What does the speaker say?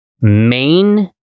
main